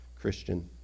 Christian